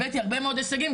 הבאתי הרבה מאוד הישגים,